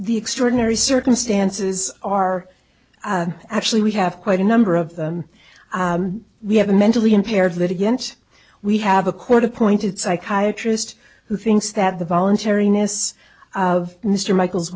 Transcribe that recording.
the extraordinary circumstances are actually we have quite a number of them we have a mentally impaired litigant we have a court appointed psychiatrist who thinks that the voluntariness of mr michael's